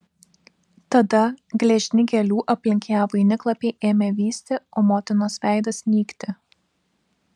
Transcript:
tada gležni gėlių aplink ją vainiklapiai ėmė vysti o motinos veidas nykti